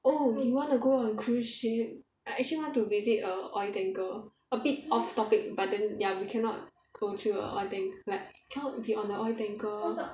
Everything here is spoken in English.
oh you want to go on cruise ship I actually want to visit a oil tanker a bit off topic but then ya we cannot go through a oil tank like cannot be on a oil tanker